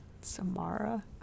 Samara